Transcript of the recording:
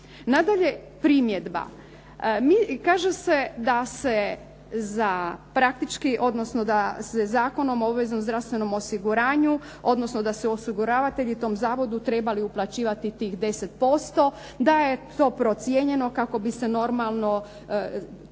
Nadalje, primjedba. kaže se da se praktički da se Zakonom o obveznom zdravstvenom osiguranju, odnosno da su osiguravatelji tom zavodu trebali uplaćivati tih 10%, da je to procijenjeno kako bi se normalno